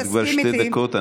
את כבר שתי דקות,